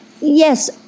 Yes